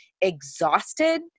exhausted